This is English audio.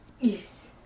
Yes